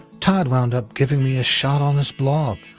todd wound up giving me a shot on his blog,